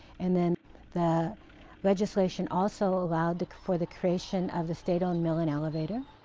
and then the legislation also allowed for the creation of the state-owned mill and elevator.